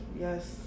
yes